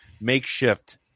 makeshift